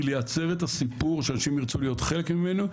לייצר את הסיפור שאנשים ירצו להיות חלק ממנו,